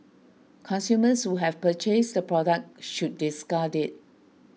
consumers who have purchased the product should discard it